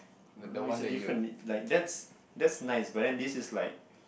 no it's a different th~ like that's that's nice but then this is like